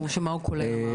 מה הוא כולל?